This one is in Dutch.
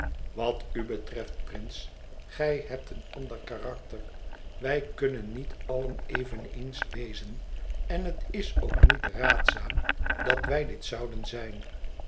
wat u betreft prince gij hebt een ander karakter wij kunnen niet allen eveneens wezen en het is ook niet raadzaam dat wij dit zouden zijn